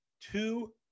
two